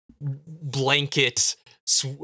blanket